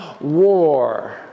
war